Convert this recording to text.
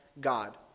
God